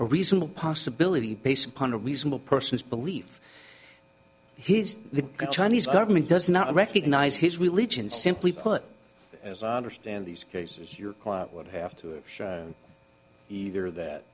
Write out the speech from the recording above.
a reasonable possibility based upon a reasonable person's belief his the chinese government does not recognize his religion simply put as i understand these cases your client would have to either that